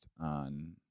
on